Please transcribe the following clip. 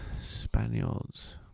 Spaniards